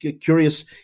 curious